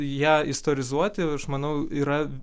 ją istorizuoti aš manau yra